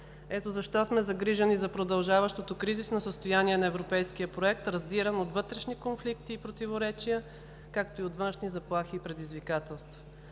Ето защо сме загрижени за продължаващото кризисно състояние на Европейския проект, раздиран от вътрешни конфликти и противоречия, както и от външни заплахи и предизвикателства.